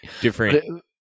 different